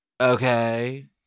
Okay